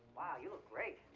wow, you were great.